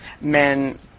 men